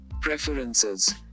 preferences